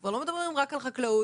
כבר לא מדברים רק על חקלאות.